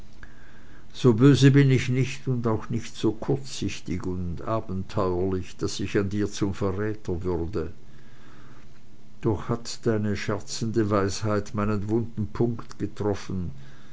so böse bin ich nicht und auch nicht so kurzsichtig und abenteuerlich daß ich an dir zum verräter würde doch hat deine scherzende weisheit meinen wunden punkt getroffen